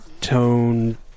tone